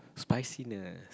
spiciness